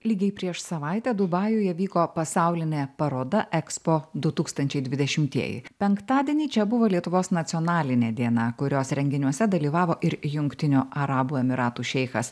lygiai prieš savaitę dubajuje vyko pasaulinė paroda ekspo du tūkstančiai dvidešimtieji penktadienį čia buvo lietuvos nacionalinė diena kurios renginiuose dalyvavo ir jungtinių arabų emyratų šeichas